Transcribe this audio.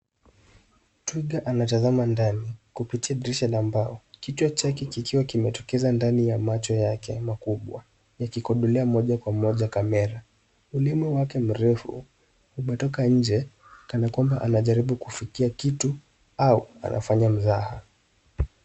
Twiga anatazama ndani kupitia dirisha la mbao, kichwa chake kikiwa kimetokeza ndani ya macho yake makubwa, yakikodolea moja kwa moja kamera. Ulimi wake mrefu umetoka nje kana kwamba anajaribu kufikia kitu au anafanya mzaha.